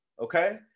Okay